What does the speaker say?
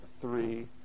three